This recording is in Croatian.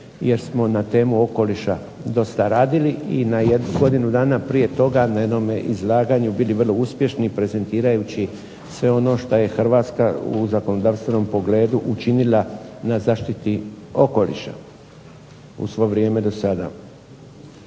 Jer smo na temu okoliša dosta radili i godinu dana prije toga na jednome izlaganju bili vrlo uspješni prezentirajući sve ono što je Hrvatska u zakonodavstvenom pogledu učinila na zaštiti okoliša u svo vrijeme dosada.